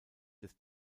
des